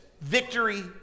victory